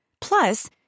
Plus